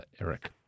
Eric